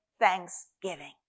thanksgiving